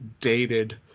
dated